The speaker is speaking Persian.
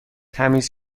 تمیز